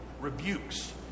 rebukes